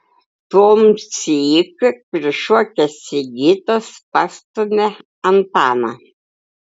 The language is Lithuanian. tuomsyk prišokęs sigitas pastumia antaną